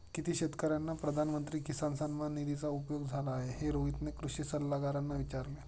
किती शेतकर्यांना प्रधानमंत्री किसान सन्मान निधीचा उपयोग झाला आहे, हे रोहितने कृषी सल्लागारांना विचारले